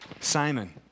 Simon